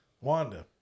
Wanda